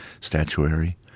statuary